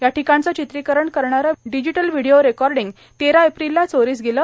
या टिकाणचं चित्रिकरण करणारं डिजिटल व्हिडिओ रेकॉर्डिंग तेरा एप्रिलला चोरीस गेलं